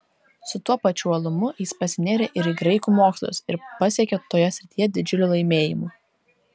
su tuo pačiu uolumu jis pasinėrė ir į graikų mokslus ir pasiekė toje srityje didžiulių laimėjimų